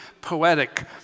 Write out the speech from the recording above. poetic